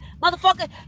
motherfucker